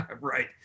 right